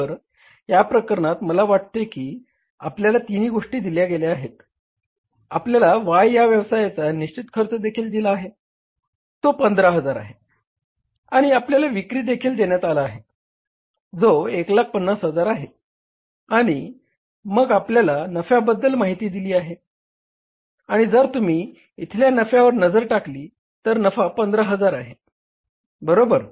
तर या प्रकरणात मला वाटते की आपल्याला तिन्ही गोष्टी दिल्या गेल्या आहेत आपल्याला Y या व्यवसायाचा निश्चित खर्च देखील दिला आहे तो 15000 आहे आणि आपल्याला विक्री देखील देण्यात आला आहे जो 150000 आहे आणि मग आपल्याला नफ्याबद्दलही माहिती देण्यात आली आहे आणि जर तुम्ही इथल्या नफ्यावर नजर टाकली तर नफा 15000 आहे बरोबर